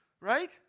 right